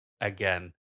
again